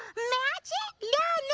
magic? no,